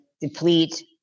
deplete